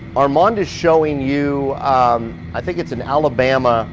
armando is showing you i think it's an alabama